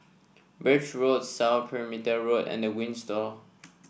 Birch Road South Perimeter Road and The Windsor